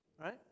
Right